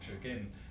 again